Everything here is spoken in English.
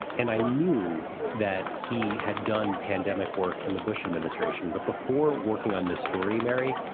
and i knew that he had done pandemic work in the bush administration. but before working on this story, mary.